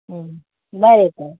बरें तर